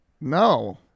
No